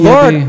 Lord